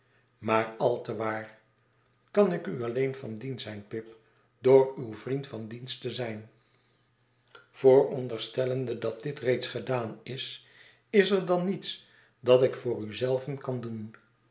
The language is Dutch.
maar al te waar kan ik u alleen van dienst zijn pip door uw vriend van dienst te zijn voorondersteljufvrouw haviseam voldoet aan mijn wbnsch lende dat dit reeds gedaan is is er dan niets dat ik voor u zelven kan doen